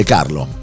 Carlo